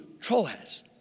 Troas